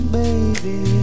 baby